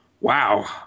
wow